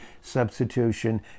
substitution